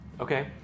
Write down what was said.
Okay